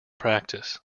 practice